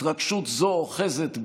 התרגשות זו אוחזת בי,